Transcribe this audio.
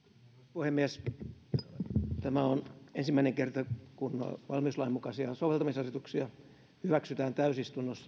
puhemies tämä on ensimmäinen kerta kun valmiuslain mukaisia soveltamisasetuksia hyväksytään täysistunnossa